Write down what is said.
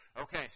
Okay